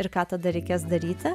ir ką tada reikės daryti